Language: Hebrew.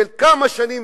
של כמה שנים,